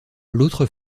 l’autre